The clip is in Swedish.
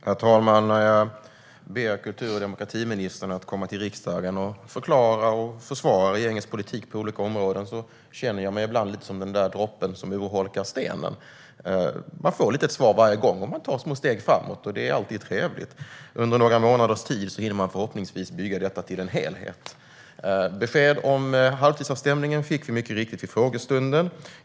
Herr talman! När jag ber kultur och demokratiministern att komma till riksdagen och förklara och försvara regeringens politik på olika områden känner jag mig ibland lite som droppen som urholkar stenen. Man får ett litet svar varje gång. Man tar små steg framåt, och det är alltid trevligt. Under några månaders tid hinner man förhoppningsvis bygga detta till en helhet. Besked om halvtidsavstämningen fick vi mycket riktigt vid frågestunden.